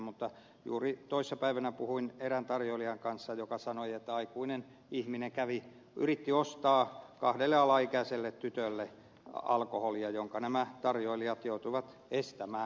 mutta juuri toissapäivänä puhuin erään tarjoilijan kanssa joka sanoi että aikuinen ihminen kävi yritti ostaa kahdelle alaikäiselle tytölle alkoholia minkä nämä tarjoilijat joutuivat estämään